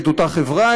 את אותה חברה,